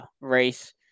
race